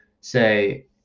say